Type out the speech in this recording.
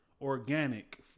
organic